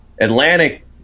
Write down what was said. atlantic